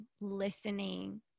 listening